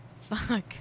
Fuck